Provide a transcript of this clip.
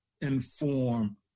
inform